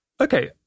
Okay